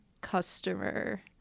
customer